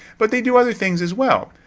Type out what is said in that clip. but they do other things as well.